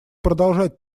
продолжать